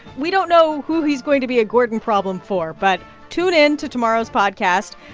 we don't know who he's going to be a gordon problem for, but tune in to tomorrow's podcast.